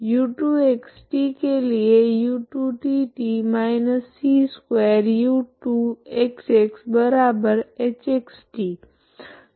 u2xt के लिए u2tt−c2u2xxhx t